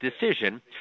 decision